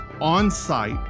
on-site